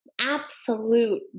absolute